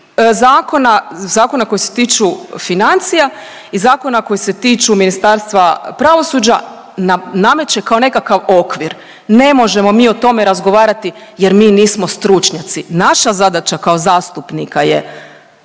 zakona koji se tiču financija i zakona koji se tiču Ministarstva pravosuđa nameće kao nekakav okvir, ne možemo mi o tome razgovarati jer mi nismo stručnjaci. Naša zadaća kao zastupnika je,